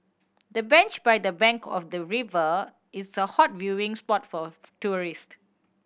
the bench by the bank of the river is a hot viewing spot for tourists